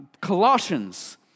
Colossians